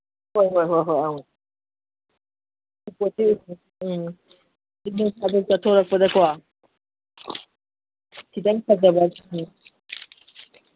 ꯍꯣꯏ ꯍꯣꯏ ꯍꯣꯏ ꯑꯧ ꯎꯝ ꯅꯣꯡ ꯐꯥꯗꯣꯛ ꯆꯠꯊꯣꯔꯛꯄꯗꯀꯣ ꯈꯤꯇꯪ ꯐꯖꯕ